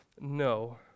no